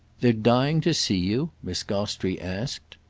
they're dying to see you? miss gostrey asked.